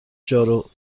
جاروخاک